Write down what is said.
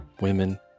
women